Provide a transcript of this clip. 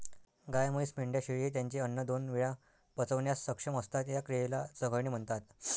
गाय, म्हैस, मेंढ्या, शेळी हे त्यांचे अन्न दोन वेळा पचवण्यास सक्षम असतात, या क्रियेला चघळणे म्हणतात